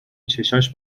چشاش